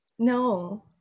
No